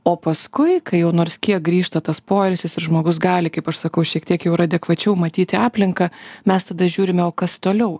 o paskui kai jau nors kiek grįžta tas poilsis ir žmogus gali kaip aš sakau šiek tiek jau ir adekvačiau matyti aplinką mes tada žiūrime o kas toliau